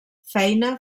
feina